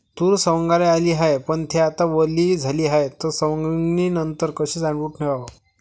तूर सवंगाले आली हाये, पन थे आता वली झाली हाये, त सवंगनीनंतर कशी साठवून ठेवाव?